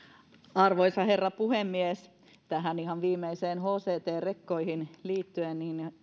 arvoisa herra puhemies tähän ihan viimeiseen hct rekkoihin liittyen